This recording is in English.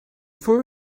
for